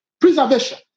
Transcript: Preservation